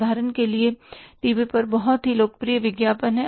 उदाहरण के लिए टीवी पर बहुत से लोकप्रिय विज्ञापन हैं